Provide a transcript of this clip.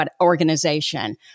organization